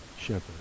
shepherd